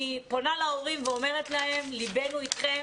אני פונה להורים ואומרת להם, ליבנו אתכם,